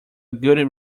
good